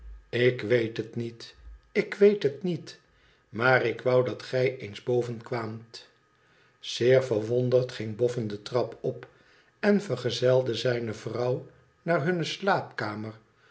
ik weet het niet ik weet het niet maar ik wou dat gij eens boven kwaamt zeer verwonderd ging boffin de trap op en vergezelde zijne vrouw naar hunne slaapkamer